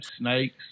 snakes